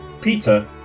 Peter